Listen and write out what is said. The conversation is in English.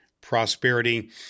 prosperity